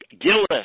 Gillis